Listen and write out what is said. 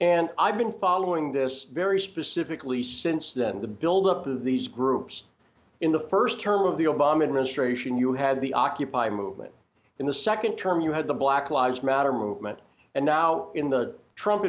and i've been following this very specifically since then the build up of these groups in the first term of the obama administration you had the occupy movement in the second term you had the black lives matter movement and now in the trump